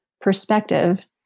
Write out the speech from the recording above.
perspective